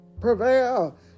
prevail